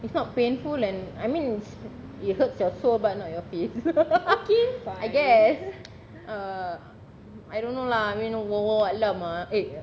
it's not painful and I mean it hurts your soul but not on your face I guess err I don't know lah I mean allahu alam ah eh